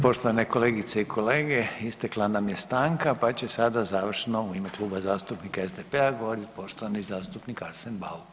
Poštovane kolegice i kolege istekla nam je stanka, pa će sada završno u ime Kluba zastupnika SDP-a govoriti poštovani zastupnik Arsen Bauk.